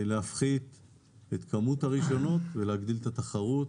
שמפחית את כמות הרישיונות, שמגדיל את התחרות